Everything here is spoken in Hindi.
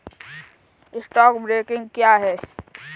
स्टॉक ब्रोकिंग क्या है?